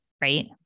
right